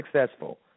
successful